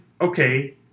okay